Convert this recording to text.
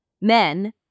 men